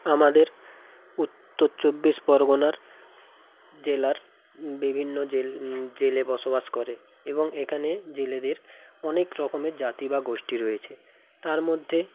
আমাদের উত্তর চব্বিশ পরগনার জেলার বিভিন্ন জেলে বসবাস করে এবং এখানে জেলেদের অনেক রকমের জাতি বা গোষ্ঠী রয়েছে তার মধ্যে